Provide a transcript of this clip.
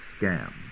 Scam